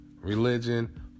religion